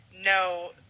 no